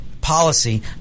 policy